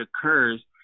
occurs